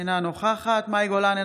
אינה נוכחת מאי גולן,